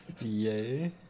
Yay